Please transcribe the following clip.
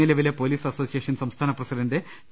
നിലവിലെ police association സംസ്ഥാന president T